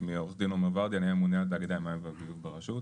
שמי עורך דין עומר ורדי אני הממונה על תאגידי המים והביוב ברשות,